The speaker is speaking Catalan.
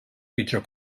pitjor